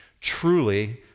Truly